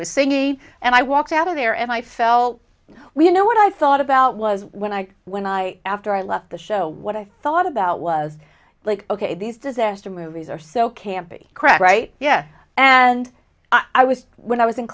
was singing and i walked out of there and i felt we you know what i thought about was when i when i after i left the show what i thought about was like ok these disaster movies are so campy crap right yeah and i was when i was in